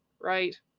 right